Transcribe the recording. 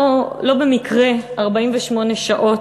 לא במקרה 48 שעות